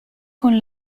con